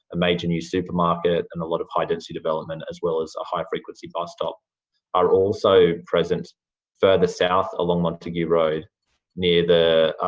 a major new supermarket and a lot of high density development as well as a high frequency bus stop are also present further south along montague road near the